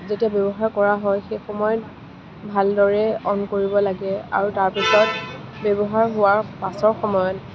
যেতিয়া ব্যৱহাৰ কৰা হয় সেই সময়ত ভালদৰে অন কৰিব লাগে আৰু তাৰপিছত ব্যৱহাৰ হোৱাৰ পাছৰ সময়ত